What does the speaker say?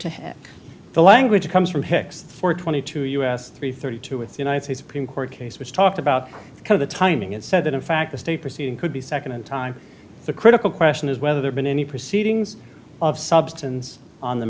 to the language comes from hicks or twenty two us three thirty two with united states supreme court case which talked about the timing it said that in fact the state proceeding could be second in time the critical question is whether there's been any proceedings of substance on the